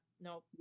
no